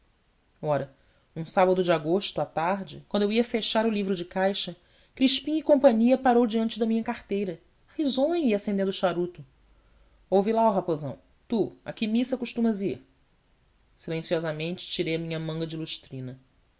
ora num sábado de agosto à tarde quando eu ia fechar o livro de caixa crispim cia parou diante da minha carteira risonho e acendendo o charuto ouve lá ó raposão tu a que missa costumas ir silenciosamente tirei a minha manga de lustrina